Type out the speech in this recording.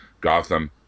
Gotham